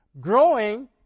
Growing